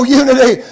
unity